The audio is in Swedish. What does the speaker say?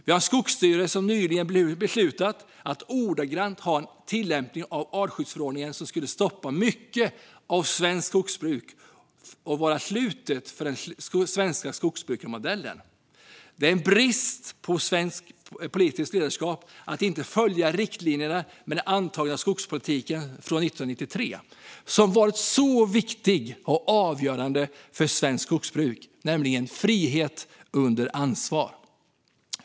Vi har Skogsstyrelsen som nyligen beslutat om en ordagrann tillämpning av artskyddsförordningen som skulle stoppa mycket av svenskt skogsbruk och vara slutet för den svenska skogsbrukarmodellen. Det är en brist på politiskt ledarskap att inte följa riktlinjen för skogspolitiken från 1993 som varit så viktig och avgörande för svenskt skogsbruk: frihet under ansvar.